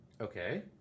Okay